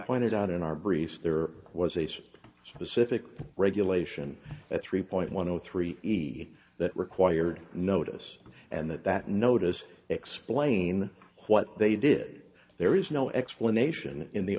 pointed out in our briefs there was a six specific regulation at three point one zero three eighty that required notice and that that notice explain what they did there is no explanation in the